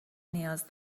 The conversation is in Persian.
نیاز